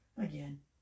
Again